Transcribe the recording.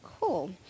cool